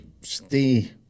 stay